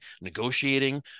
negotiating